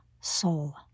soul